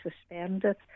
suspended